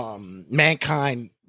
Mankind